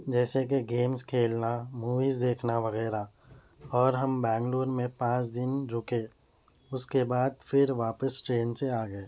جیسے کہ گیمس کھیلنا موویز دیکھنا وغیرہ اور ہم بنگلور میں پانچ دن رکے اس کے بعد پھر واپس ٹرین سے آ گئے